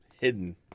hidden